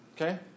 Okay